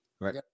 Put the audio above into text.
right